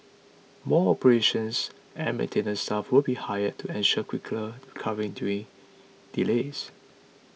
more operations and maintenance staff will be hired to ensure quicker recovery during delays